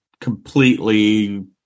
completely